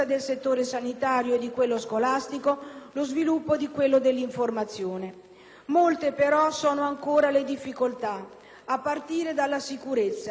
Molte, però, sono ancora le difficoltà, a partire dalla sicurezza in continuo deterioramento, nonostante la presenza di truppe internazionali.